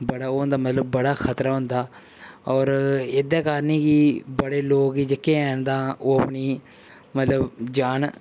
बड़ा ओह् होंदा मतलब बड़ा खतरा होंदा होर एह्दे कारण कि बड़े लोग जेह्के हैन तां अपनी मतलब जान